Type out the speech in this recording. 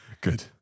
Good